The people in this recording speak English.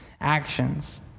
actions